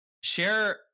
share